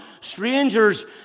Strangers